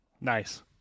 Nice